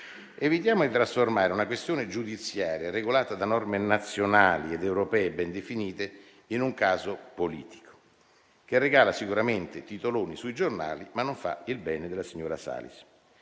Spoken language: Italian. Evitiamo di trasformare una questione giudiziaria, regolata da norme nazionali ed europee ben definite, in un caso politico, che regala sicuramente titoloni sui giornali, ma non fa il bene della signora Salis.